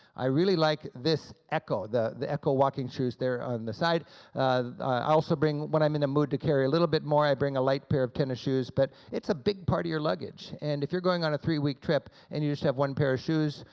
i really like this ecco, the the ecco walking shoes there on the side. i also bring, when i'm in the mood to carry a little bit more, i bring a light pair of tennis shoes, but it's a big part of your luggage, and if you're going on a three-week trip and you just have one pair of shoes,